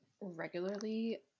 regularly